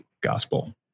gospel